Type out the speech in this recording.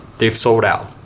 they've sold out.